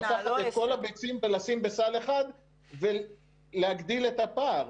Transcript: אי אפשר לקחת את כל הביצים ולשים בסל אחד ולהגדיל את הפער.